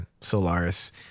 Solaris